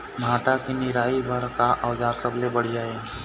भांटा के निराई बर का औजार सबले बढ़िया ये?